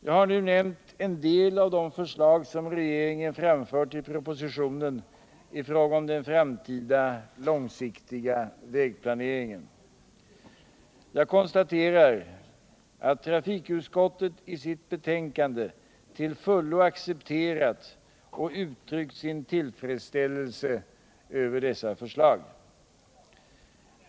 Jag har här räknat upp en del av de förslag som regeringen framfört i propositionen i fråga om den framtida långsiktiga vägplaneringen. Jag konstaterar också att trafikutskottet i sitt betänkande till fullo accepterat och uttryckt sin tillfredsställelse över dessa förslag.